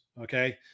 Okay